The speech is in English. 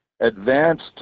advanced